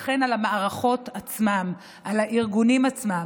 לכן על המערכות עצמן, על הארגונים עצמם,